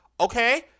okay